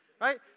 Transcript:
Right